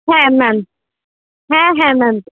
হ্যাঁ ম্যাম হ্যাঁ হ্যাঁ ম্যাম